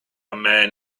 man